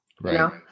Right